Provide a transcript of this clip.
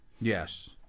Yes